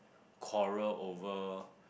quarrel over